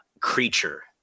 creature